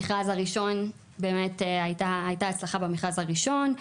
באמת הייתה הצלחה במכרז הראשון.